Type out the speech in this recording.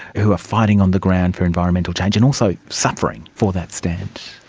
who are fighting on the ground for environmental change, and also suffering for that stance?